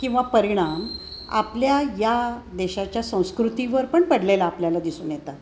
किंवा परिणाम आपल्या या देशाच्या संस्कृतीवर पण पडलेला आपल्याला दिसून येतात